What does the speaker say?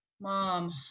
mom